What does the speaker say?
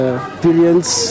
experience